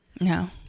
No